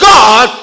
God